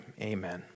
Amen